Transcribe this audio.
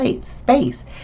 space